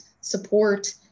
support